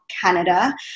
Canada